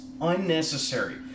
unnecessary